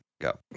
Go